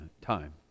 time